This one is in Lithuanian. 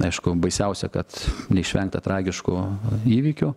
aišku baisiausia kad neišvengta tragiško įvykio